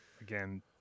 again